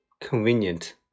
convenient